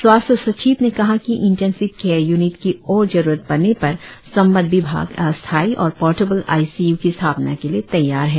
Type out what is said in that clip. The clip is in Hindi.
स्वास्थ्य सचिव ने कहा कि इंनटेनसिव कैयर यूनिट की ओर जरुरत पड़ने पर संबद्व विभाग अस्थायी और पोर्टेवल आई सी यू की स्थापना के लिए तैयार है